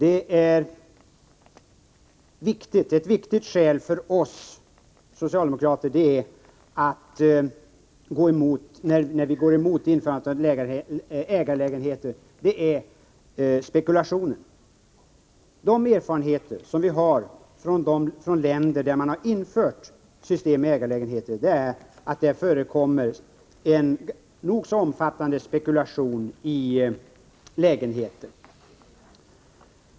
Ett viktigt skäl för oss socialdemokrater att gå emot införandet av ägarlägenheter är spekulationen. Våra erfarenheter från länder där man har infört system med ägarlägenheter är att det där förekommer en nog så omfattande spekulation i dessa lägenheter.